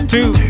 Two